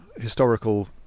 historical